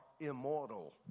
immortal